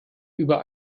über